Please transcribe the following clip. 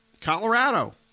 Colorado